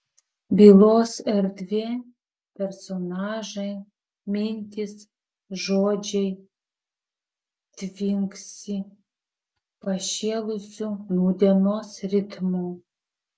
bylos erdvė personažai mintys žodžiai tvinksi pašėlusiu nūdienos ritmu